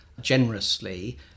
generously